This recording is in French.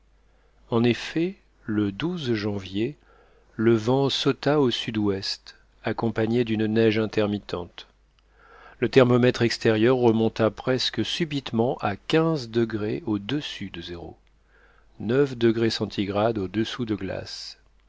en effet le janvier le vent sauta au sud-ouest accompagné d'une neige intermittente le thermomètre extérieur remonta presque subitement à quinze degrés au-dessus de zéro